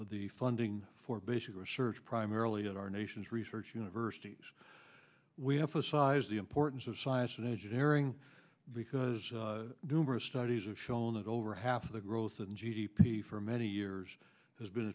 the funding for basic research primarily at our nation's research universities we have a size the importance of science and engineering because numerous studies have shown that over half of the growth in g d p for many years has been